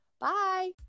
Bye